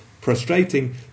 prostrating